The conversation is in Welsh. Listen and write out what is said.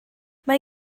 mae